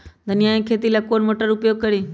धनिया के खेती ला कौन मोटर उपयोग करी?